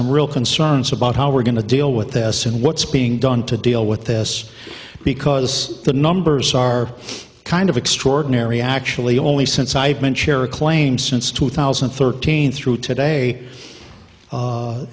some real concerns about how we're going to deal with this and what's being done to deal with this because the numbers are kind of extraordinary actually only since i've been chair claim since two thousand and thirteen through today